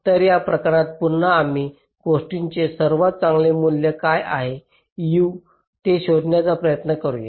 तर या प्रकरणात पुन्हा त्याच गोष्टीचे सर्वात चांगले मूल्य काय आहे U ते शोधण्याचा प्रयत्न करूया